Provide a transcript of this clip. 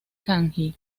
kanji